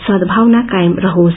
सदभावना कायम रहोस